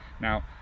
Now